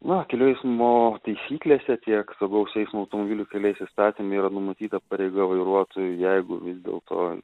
na kelių eismo taisyklėse tiek saugaus eismo automobilių keliais įstatyme yra numatyta pareiga vairuotojui jeigu vis dėlto